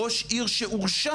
ראש עיר שהורשע,